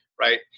Right